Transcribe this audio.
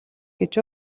гэж